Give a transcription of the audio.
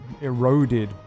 eroded